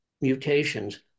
mutations